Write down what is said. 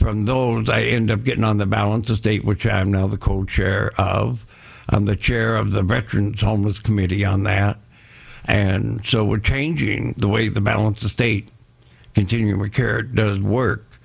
from those i end up getting on the balance of state which i am now the co chair of the chair of the veterans homeless committee on that and so we're changing the way the balance of state continuum of care does work